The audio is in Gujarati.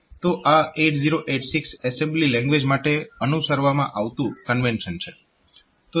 તો આ 8086 એસેમ્બલી લેંગ્વેજ માટે અનુસરવામાં આવતું કન્વેન્શન છે